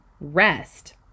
rest